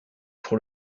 pour